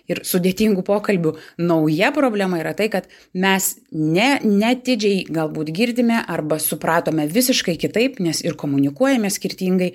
ir sudėtingų pokalbių nauja problema yra tai kad mes ne neatidžiai galbūt girdime arba supratome visiškai kitaip nes ir komunikuojame skirtingai